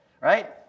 right